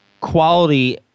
quality